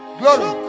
glory